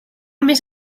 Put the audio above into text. més